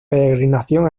peregrinación